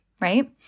right